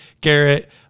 garrett